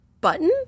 button